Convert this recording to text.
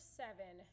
seven